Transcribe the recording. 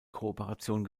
kooperation